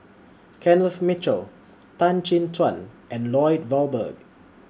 Kenneth Mitchell Tan Chin Tuan and Lloyd Valberg